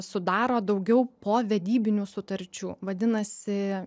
sudaro daugiau povedybinių sutarčių vadinasi